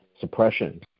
suppression